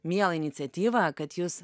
mielą iniciatyvą kad jūs